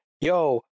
yo